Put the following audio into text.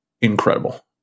incredible